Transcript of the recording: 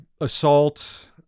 assault